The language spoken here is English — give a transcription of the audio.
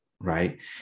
right